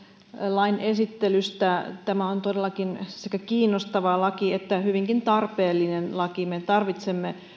lain esittelystä tämä on todellakin sekä kiinnostava laki että hyvinkin tarpeellinen laki me tarvitsemme